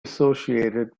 associated